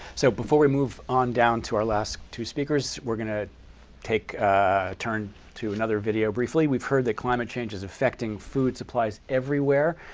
so before we move on down to our last two speakers, we're going to ah turn to another video briefly. we've heard that climate change is affecting food supplies everywhere,